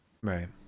Right